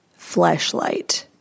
fleshlight